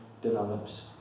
develops